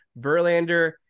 Verlander